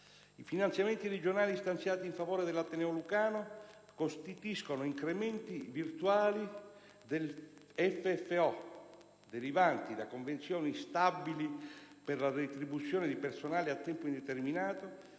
i finanziamenti regionali stanziati in favore dell'ateneo lucano costituiscono incrementi virtuali del Fondo di finanziamento ordinario derivanti da convenzioni stabili per la retribuzione di personale a tempo indeterminato,